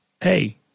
Hey